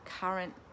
current